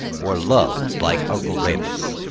or loved like uncle remus.